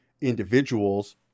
individuals